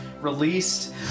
released